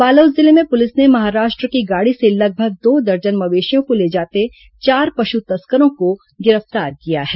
बालोद जिले में पुलिस ने महाराष्ट्र की गाड़ी से लगभग दो दर्जन मवेशियों को ले जाते चार पशु तस्करों को गिरफ्तार किया है